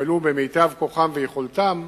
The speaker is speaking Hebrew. יפעלו במיטב כוחם ויכולתם